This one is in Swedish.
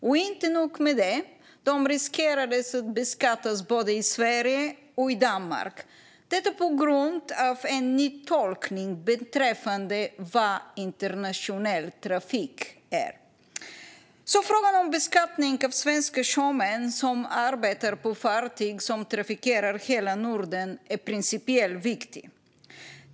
Och inte nog med det; de riskerade också att beskattas i både Sverige och Danmark, detta på grund av en ny tolkning beträffande vad som är internationell trafik. Frågan om beskattning av svenska sjömän som arbetar på fartyg som trafikerar hela Norden är principiellt viktig.